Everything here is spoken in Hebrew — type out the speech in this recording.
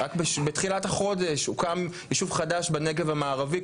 רק בתחילת החודש הוקם יישוב חדש בנגב המערבי,